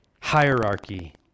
hierarchy